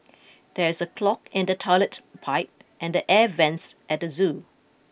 there is a clog in the toilet pipe and the air vents at the zoo